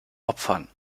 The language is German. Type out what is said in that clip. opfern